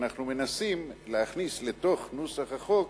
ואנחנו מנסים להכניס לתוך נוסח החוק